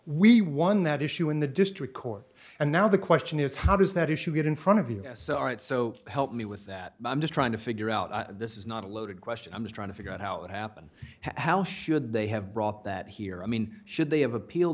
we won that issue in the district court and now the question is how does that issue get in front of you so all right so help me with that i'm just trying to figure out this is not a loaded question i'm just trying to figure out how it happened how should they have brought that here i mean should they have appeal